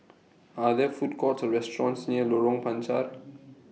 Are There Food Courts Or restaurants near Lorong Panchar